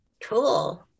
Cool